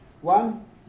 one